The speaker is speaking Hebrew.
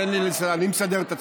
תן לי, אני מסדר את עצמי.